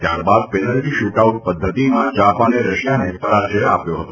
ત્યારબાદ penalty shootout પદ્ધતિમાં જાપાને રશિયાને પરાજય આપ્યો હતો